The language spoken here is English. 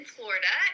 Florida